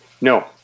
No